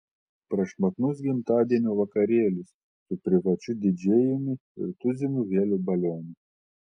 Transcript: prašmatnus gimtadienio vakarėlis su privačiu didžėjumi ir tuzinu helio balionų